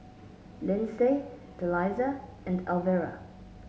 Lindsay Delisa and Elvira